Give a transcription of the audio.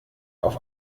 auf